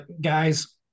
guys